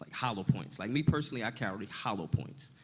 hollow points. like, me, personally, i carry hollow points.